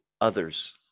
others